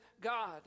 God